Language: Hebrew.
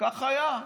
וככה היה.